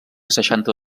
seixanta